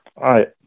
right